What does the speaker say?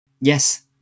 Yes